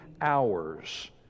hours